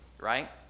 Right